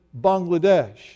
Bangladesh